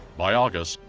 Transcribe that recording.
by august,